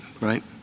right